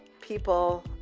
people